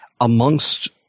amongst